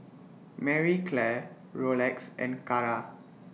Marie Claire Rolex and Kara